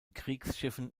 kriegsschiffen